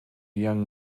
young